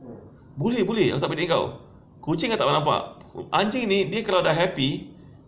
boleh boleh tak bedek kau kucing aku tak pernah nampak anjing ni dia kalau dah happy